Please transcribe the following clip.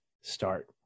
start